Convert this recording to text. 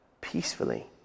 peacefully